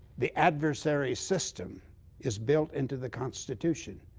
the adversary system is built into the constitution.